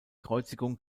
kreuzigung